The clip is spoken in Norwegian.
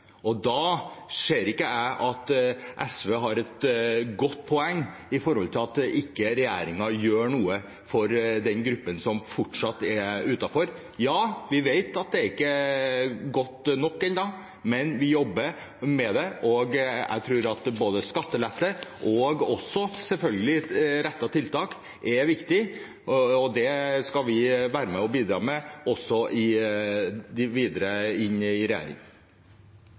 Da ser ikke jeg at SV har et godt poeng når de sier at regjeringen ikke gjør noe for den gruppen som fortsatt er utenfor. Vi vet at det ennå ikke er godt nok, men vi jobber med det. Jeg tror at både skattelette og selvfølgelig også rettede tiltak er viktig. Det skal vi være med og bidra med videre i regjering. Dette blir veldig rund og uforpliktende tale. Vi har en regjering